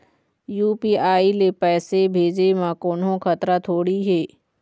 UPI ले पैसे भेजे म कोन्हो खतरा थोड़ी हे?